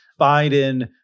Biden